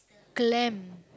clam